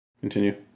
Continue